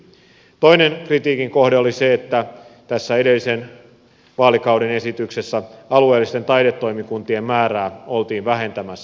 toinen kritiikin kohde oli se että tässä edellisen vaalikauden esityksessä alueellisten taidetoimikuntien määrää oltiin vähentämässä